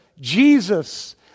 Jesus